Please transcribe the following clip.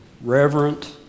reverent